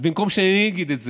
אז במקום שאני אגיד את זה,